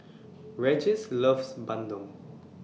Regis loves Bandung